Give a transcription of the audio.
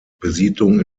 besiedlung